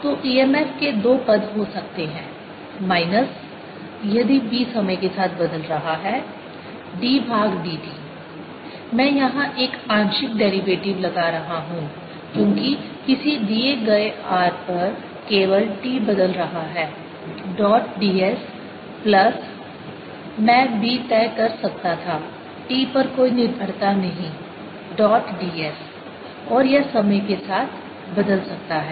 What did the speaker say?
तो EMF के दो पद हो सकते हैं माइनस यदि B समय के साथ बदल रहा है d भाग dt मैं यहाँ एक आंशिक डेरिवेटिव लगा रहा हूँ क्योंकि किसी दिए गए r पर केवल t बदल रहा है डॉट ds प्लस मैं B तय कर सकता था t पर कोई निर्भरता नहीं डॉट ds और यह समय के साथ बदल सकता है